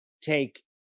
take